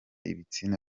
ibitsina